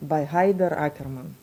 bai haider akerman